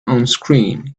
onscreen